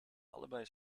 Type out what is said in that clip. allebei